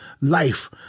life